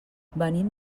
venim